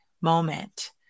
moment